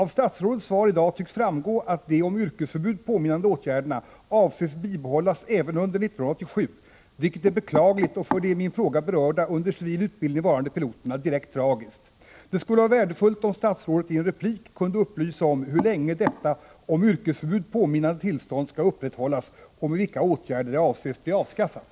Av statsrådets svar i dag tycks framgå att de om yrkesförbud påminnande 39 åtgärderna avses bibehållas även under 1987, vilket är beklagligt och för de i min fråga berörda, under civil utbildning varande, piloterna direkt tragiskt. Det skulle vara värdefullt om statsrådet i en replik kunde upplysa om hur länge detta om yrkesförbud påminnande tillstånd skall upprätthållas och med vilka åtgärder det avses bli avskaffat.